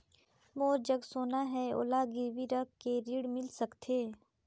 मोर जग सोना है ओला गिरवी रख के ऋण मिल सकथे?